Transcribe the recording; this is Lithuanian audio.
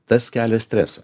tas kelia stresą